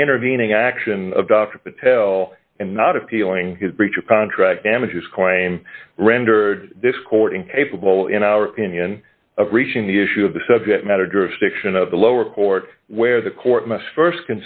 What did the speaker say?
the intervening action of dr patel and not appealing his breach of contract damages claim rendered this court incapable in our opinion of reaching the issue of the subject matter jurisdiction of the lower court where the court must